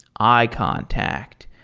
eye contact,